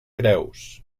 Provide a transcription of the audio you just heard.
creus